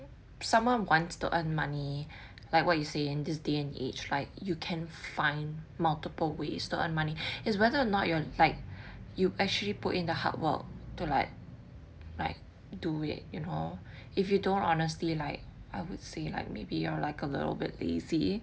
someone wants to earn money like what you say in this day and age like you can find multiple ways to earn money is whether or not you're like you actually put in the hard work to like like do it you know if you don't honestly like I would say like maybe you're like a little bit lazy